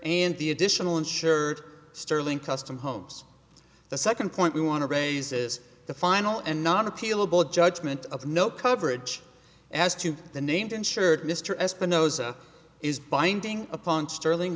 and the additional insured sterling custom homes the second point we want to raise is the final and not appealable judgment of no coverage as to the named insured mr espinosa is binding upon sterling